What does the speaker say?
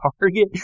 target